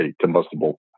combustible